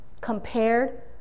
compared